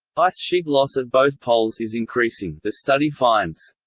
ice sheet loss at both poles is increasing, the study finds.